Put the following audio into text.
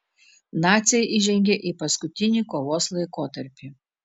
naciai įžengė į paskutinį kovos laikotarpį